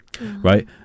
Right